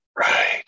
Right